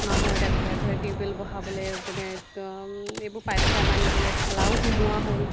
মানুহ এতিয়া ঘৰে ঘৰে টিউবেল বহাবলৈ মানে এইবোৰ পাইপ চাইপ আনিবলৈ ঠেলাও সোমোৱা হ'ল